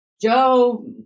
Joe